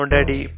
Daddy